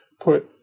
put